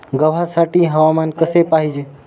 गव्हासाठी हवामान कसे पाहिजे?